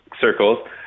circles